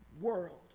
world